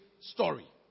story